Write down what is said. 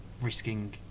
risking